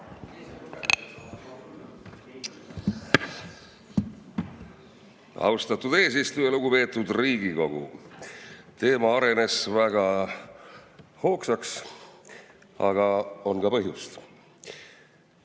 Austatud eesistuja! Lugupeetud Riigikogu! Teema arenes väga hoogsaks, aga on ka põhjust.